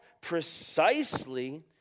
precisely